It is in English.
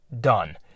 done